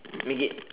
make it